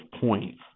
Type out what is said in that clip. points